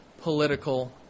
political